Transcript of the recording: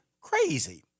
crazy